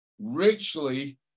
richly